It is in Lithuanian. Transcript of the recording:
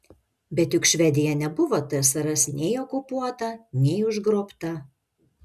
bet juk švedija nebuvo tsrs nei okupuota nei užgrobta